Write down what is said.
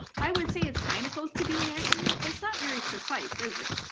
i would say it's kind of close to being accurate, but it's not very precise, is it?